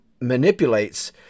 manipulates